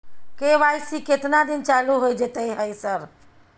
KYC केतना दिन चालू होय जेतै है सर?